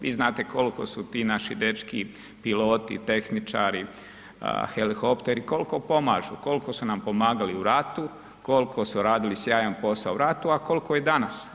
Vi znate koliko su ti naši dečki, piloti, tehničari, helihopteri koliko pomažu, kolko su nam pomagali u ratu, kolko su radili sjajan posao u ratu, a kolko i danas.